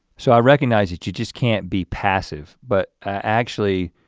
so i recognize that you just can't be passive but actually,